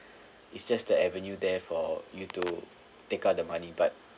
it's just the avenue there for you to take out the money but